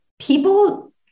People